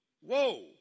whoa